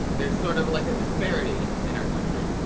there's sort of a like ah disparity in our country.